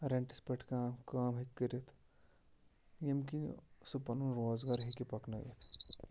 رٮ۪نٹَس پٮ۪ٹھ کانٛہہ کٲم ہیٚکہِ کٔرِتھ ییٚمۍ کِنہِ سُہ پَنُن روزگار ہیٚکہِ پَکنٲیِتھ